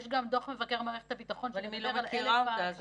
יש גם דוח מבקר מערכת הביטחון שמדבר על הקשישים,